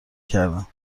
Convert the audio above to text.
کردم